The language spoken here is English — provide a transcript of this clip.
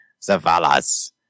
Zavala's